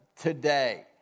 today